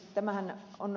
tämähän on